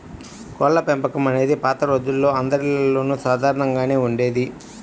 కోళ్ళపెంపకం అనేది పాత రోజుల్లో అందరిల్లల్లోనూ సాధారణంగానే ఉండేది